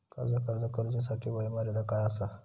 कर्जाक अर्ज करुच्यासाठी वयोमर्यादा काय आसा?